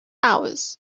hours